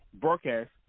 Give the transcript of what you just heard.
broadcast